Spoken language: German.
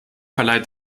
verleiht